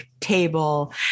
table